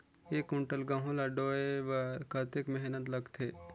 एक कुंटल गहूं ला ढोए बर कतेक मेहनत लगथे?